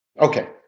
okay